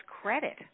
credit